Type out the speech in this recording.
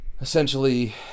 essentially